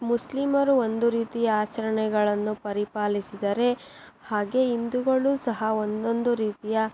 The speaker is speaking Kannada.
ಮುಸ್ಲಿಮರು ಒಂದು ರೀತಿಯ ಆಚರಣೆಗಳನ್ನು ಪರಿಪಾಲಿಸಿದರೆ ಹಾಗೆ ಹಿಂದೂಗಳು ಸಹ ಒಂದೊಂದು ರೀತಿಯ